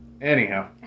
Anyhow